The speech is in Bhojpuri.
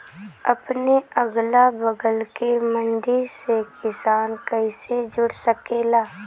अपने अगला बगल के मंडी से किसान कइसे जुड़ सकेला?